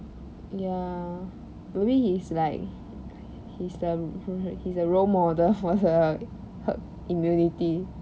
ya maybe he's like he's the r~ he's the role model for the herd immunity